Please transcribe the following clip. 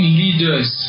leaders